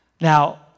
Now